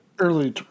Early